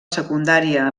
secundària